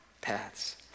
paths